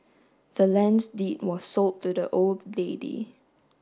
the land's deed was sold to the old lady